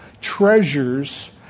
treasures